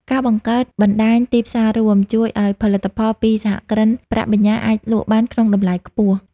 ការបង្កើត "បណ្ដាញទីផ្សាររួម" ជួយឱ្យផលិតផលពីសហគ្រិនប្រាក់បញ្ញើអាចលក់បានក្នុងតម្លៃខ្ពស់។